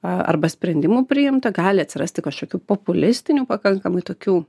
arba sprendimų priimta gali atsirasti kažkokių populistinių pakankamai tokių